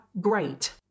great